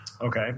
Okay